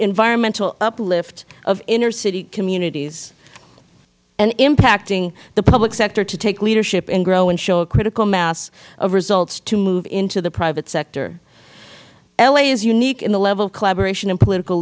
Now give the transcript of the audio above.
environmental uplift of inner city communities and impacting the public sector to take leadership and grow and show a critical mass of results to move into the private sector l a is unique in the level of collaboration and political